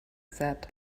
said